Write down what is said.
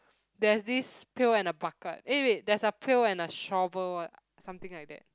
there's this pail and a bucket eh wait there's a pail and a shovel what ah something like that